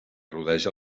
rodeja